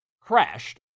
crashed